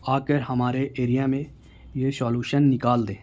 آ کر ہمارے ایریا میں یہ سالوشن نکال دیں